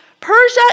Persia